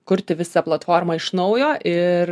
kurti visą platformą iš naujo ir